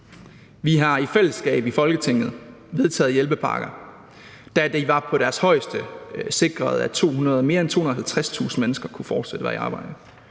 Vi har i fællesskab i Folketinget vedtaget hjælpepakker, der, da de var på deres højeste, sikrede, at mere end 250.000 mennesker fortsat kunne være i arbejde,